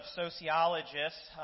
sociologists